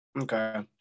Okay